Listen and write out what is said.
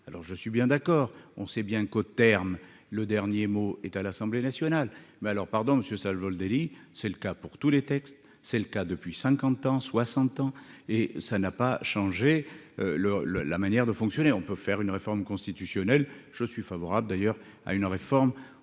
alors je suis bien d'accord, on sait bien qu'au terme, le dernier mot est à l'Assemblée nationale, mais alors, pardon monsieur ça vol délit, c'est le cas pour tous les textes, c'est le cas depuis 50 ans, 60 ans, et ça n'a pas changé le, le, la manière de fonctionner, on peut faire une réforme constitutionnelle, je suis favorable d'ailleurs à une réforme ou